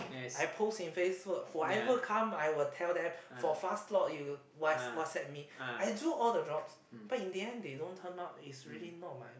I post in Facebook whatever come I will tell them for fast slots you what WhatsApp me I do all the job but in the end if they don't turn up is really not my